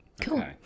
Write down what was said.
Cool